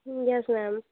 yes ma'am